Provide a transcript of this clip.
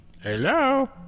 Hello